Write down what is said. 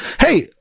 hey